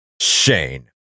Shane